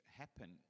happen